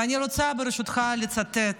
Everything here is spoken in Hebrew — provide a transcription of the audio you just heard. ברשותך, אני רוצה לצטט